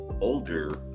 Older